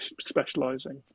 specialising